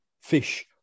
fish